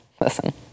listen